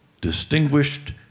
distinguished